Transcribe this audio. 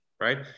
right